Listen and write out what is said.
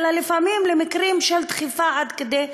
אלא לפעמים למקרה של דחיפה עד כדי התאבדות.